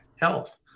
health